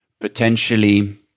potentially